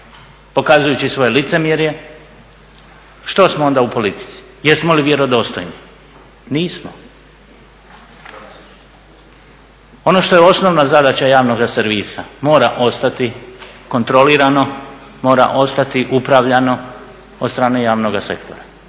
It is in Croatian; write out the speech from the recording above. pokazujući svoje licemjerje, što smo onda u politici? Jesmo li vjerodostojni? Nismo. Ono što je osnovna zadaća javnoga servisa, mora ostati kontrolirano, mora ostati upravljano od strane javnoga sektora.